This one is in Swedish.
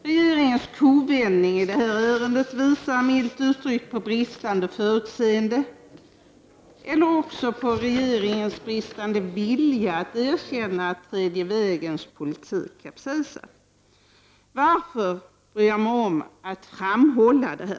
Regeringens kovändning i det här ärendet visar milt uttryckt på bristande förutseende eller också på regeringens bristande vilja att erkänna att tredje vägens politik har kapsejsat. Varför bryr jag mig om att framhålla detta?